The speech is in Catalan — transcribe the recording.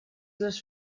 les